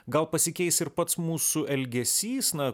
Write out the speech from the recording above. gal pasikeis ir pats mūsų elgesys na